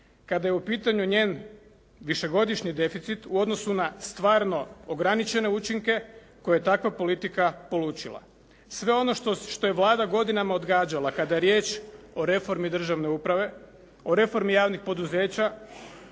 kada je u pitanju njen višegodišnji deficit u odnosu na stvarno ograničene učinke koje je takva politika polučila. Sve ono što je Vlada godinama odgađala kada je riječ o reformi državne uprave, o reformi javnih poduzeća,